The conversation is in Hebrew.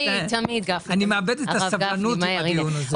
אני מאבד את הסבלנות בדיון הזה.